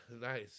Nice